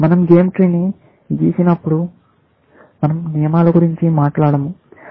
మనం game tree ని గీసినప్పుడు మనం నియమాల గురించి మాట్లాడము